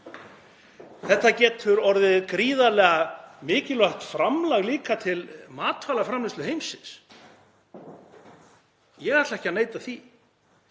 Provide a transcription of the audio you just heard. Þetta getur orðið gríðarlega mikilvægt framlag líka til matvælaframleiðslu heimsins. Ég ætla ekki að neita því.